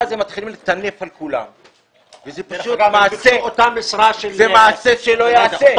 אז הם מתחילים לטנף על כולם וזה מעשה שלא ייעשה.